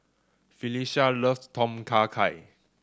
Phylicia loves Tom Kha Gai